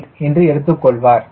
8 என்றும் எடுத்துக் கொள்வார்கள்